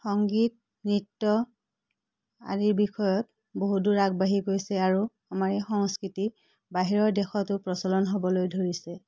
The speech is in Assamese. সংগীত নৃত্য আদিৰ বিষয়ত বহু দূৰ আগবাঢ়ি গৈছে আৰু আমাৰ এই সংস্কৃতি বাহিৰৰ দেশতো প্ৰচলন হ'বলৈ ধৰিছে